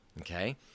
Okay